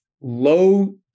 low